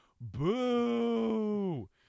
Boo